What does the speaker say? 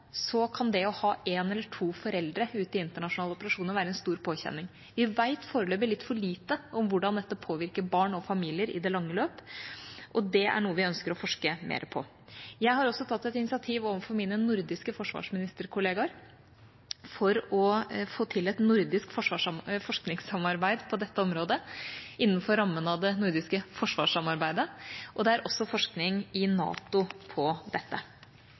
kan det å ha én eller to foreldre ute i internasjonale operasjoner være en stor påkjenning. Vi vet foreløpig litt for lite om hvordan dette påvirker barn og familier i det lange løp, og det er noe vi ønsker å forske mer på. Jeg har også tatt et initiativ overfor mine nordiske forsvarsministerkollegaer for å få til et nordisk forskningssamarbeid på dette området innenfor rammen av det nordiske forsvarssamarbeidet. Det er også forskning i NATO på dette.